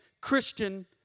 Christian